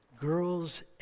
Girls